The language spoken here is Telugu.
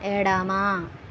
ఎడమ